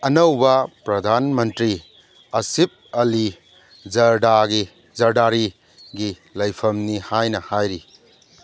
ꯑꯅꯧꯕ ꯄ꯭ꯔꯗꯥꯟ ꯃꯟꯇ꯭ꯔꯤ ꯑꯁꯤꯞ ꯑꯂꯤ ꯖꯔꯗꯥꯒꯤ ꯖꯔꯗꯥꯔꯤꯒꯤ ꯂꯩꯐꯝꯅꯤ ꯍꯥꯏꯅ ꯍꯥꯏꯔꯤ